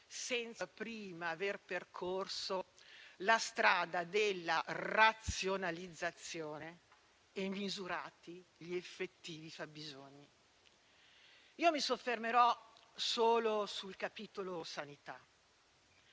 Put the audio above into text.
senza prima aver percorso la strada della razionalizzazione e aver misurato gli effettivi fabbisogni. Io mi soffermerò solo sul capitolo sanità.